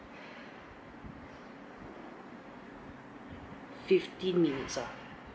fifteen minutes ah